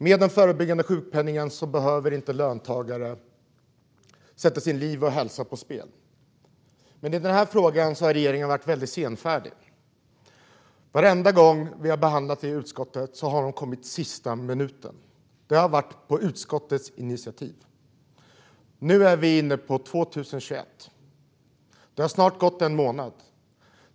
Med den förebyggande sjukpenningen behöver inte löntagare sätta liv och hälsa på spel. I den här frågan har regeringen dock varit väldigt senfärdig. Varenda gång vi har behandlat detta i utskottet har man kommit i sista minuten, och det har skett på utskottets initiativ. Vi är inne i 2021. Det har snart gått en månad.